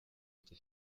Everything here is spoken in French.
été